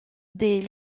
des